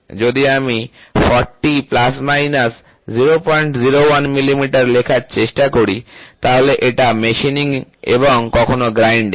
যদি আমি 40 ± 001 মিলিমিটার লেখার চেষ্টা করি তাহলে এটা মেশিনিং এবং কখনো গ্রাইন্ডিং